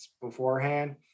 beforehand